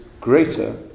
greater